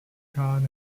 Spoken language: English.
god